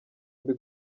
mbi